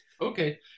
Okay